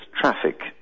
traffic